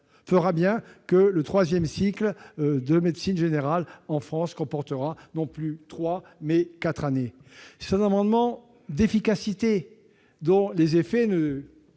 l'autre, que le troisième cycle de médecine générale en France durera non plus trois mais quatre années. C'est un amendement d'efficacité, dont les effets se